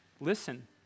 Listen